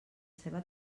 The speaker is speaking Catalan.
ceba